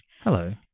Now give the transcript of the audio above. hello